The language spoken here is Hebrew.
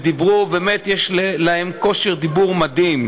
ובאמת יש להן כושר דיבור מדהים.